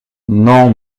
non